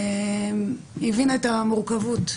היא הבינה את המורכבות.